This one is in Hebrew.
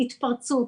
התפרצות,